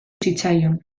zitzaion